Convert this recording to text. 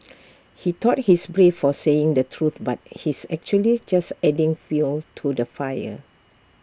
he thought he's brave for saying the truth but he's actually just adding fuel to the fire